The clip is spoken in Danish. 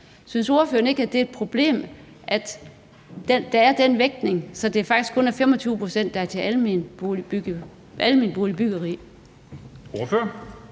Synes ordføreren ikke, at det er et problem, at der er den vægtning, så det faktisk kun er 25 pct., der er alment boligbyggeri?